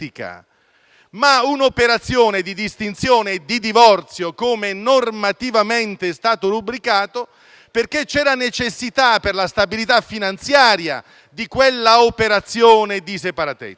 ma un'operazione di distinzione e di divorzio, come normativamente è stato rubricato, perché per la stabilità finanziaria di quella operazione, vi era